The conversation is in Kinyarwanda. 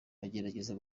bagerageza